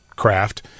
craft